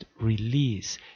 release